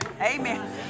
Amen